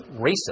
racist